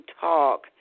talk